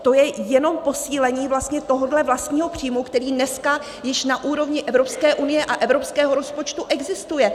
To je jenom posílení vlastně tohohle vlastního příjmu, který dneska již na úrovni Evropské unie a evropského rozpočtu existuje.